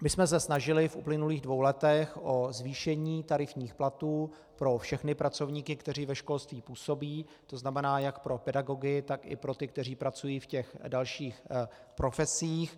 My jsme se snažili v uplynulých dvou letech o zvýšení tarifních platů pro všechny pracovníky, kteří ve školství působí, to znamená jak pro pedagogy, tak i pro ty, kteří pracují v těch dalších profesích.